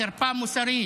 חרפה מוסרית.